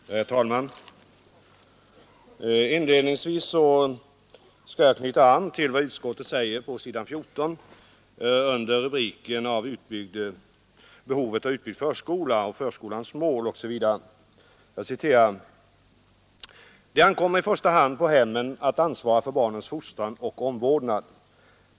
Herr talman! Inledningsvis skall jag knyta an till vad utskottet säger på s. 14 i sitt betänkande under rubriken: Behovet av utbyggd förskola. Förskolans mål. Terminologi. Jag citerar: ”Det ankommer i första hand på hemmen att ansvara för barnens fostran och omvårdnad.